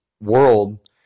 world